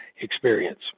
experience